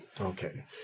okay